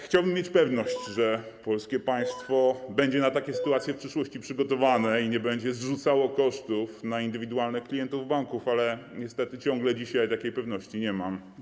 Chciałbym mieć pewność, że polskie państwo będzie na takie sytuacje w przyszłości przygotowane i nie będzie zrzucało kosztów na indywidualnych klientów banków, ale niestety ciągle dzisiaj takiej pewności nie mam.